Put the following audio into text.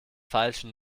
feilschen